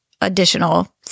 additional